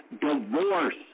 divorce